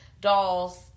Dolls